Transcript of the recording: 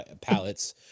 palettes